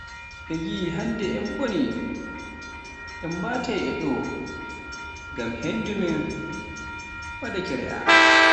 Ɓe ngiyi hannde em boni, em batai e ɗo ngam henndu amen ɓadaake re'a,